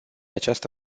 această